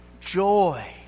Joy